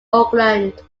oakland